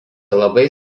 labai